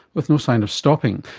with no sign of stopping,